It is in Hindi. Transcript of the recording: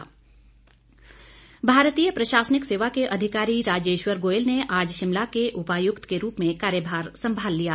डीसी शिमला भारतीय प्रशासनिक सेवा के अधिकारी राजेश्वर गोयल ने आज शिमला के उपायुक्त के रूप में कार्यभार संभाल लिया